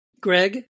Greg